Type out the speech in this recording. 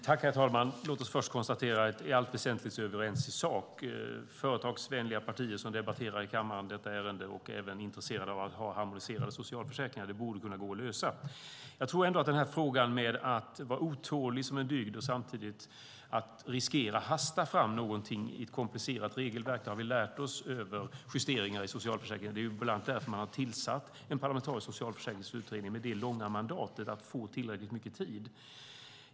Herr talman! Låt oss konstatera att vi i allt väsentligt är överens i sak. Företagsvänliga partier som debatterar detta ärende i kammaren och även är intresserade av att ha harmoniserade socialförsäkringar borde kunna lösa problemen. Att vara otålig gör att man riskerar att hasta fram någonting i ett mycket komplicerat regelverk. Det har vi lärt oss i samband justeringar av socialförsäkringar, och det är bland annat därför man har tillsatt en parlamentarisk socialförsäkringsutredning med en lång mandattid med tillräckligt mycket tid.